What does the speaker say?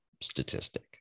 statistic